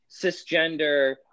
cisgender